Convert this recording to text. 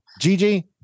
Gigi